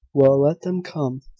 well, let them come.